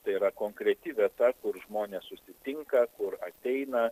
tai yra konkreti vieta kur žmonės susitinka kur ateina